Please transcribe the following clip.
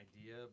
idea